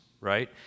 right